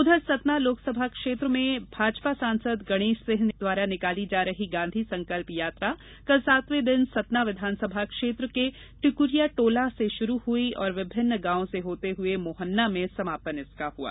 उधर सतना लोकसभा क्षेत्र में भाजपा सांसद गणेश सिंह द्वारा निकाली जा रही गांधी संकल्प यात्रा कल सातवें दिन सतना विधानसभा क्षेत्र के टिक्रियाटोला से शुरू हुई और विभिन्न गांवों से होते हुए मोहन्ना में समापन हुआ